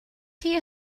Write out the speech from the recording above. chi